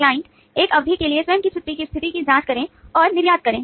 client एक अवधि के लिए स्वयं की छुट्टी की स्थिति की जाँच करें और निर्यात करें